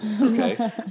Okay